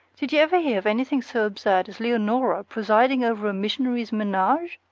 did you ever hear of anything so absurd as leonora presiding over a missionary's menage?